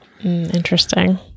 interesting